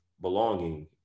belonging